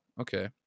okay